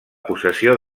possessió